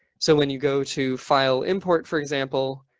so when you go to file, import, for example,